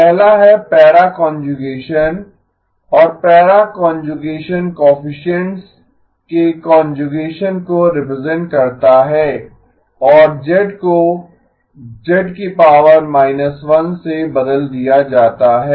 पहला है para conjugation और पैरा कांजुगेसन कोएफिसिएन्ट्स के कांजुगेसन को रिप्रेजेंट करता है और z को z−1 से बदल दिया जाता है